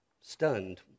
stunned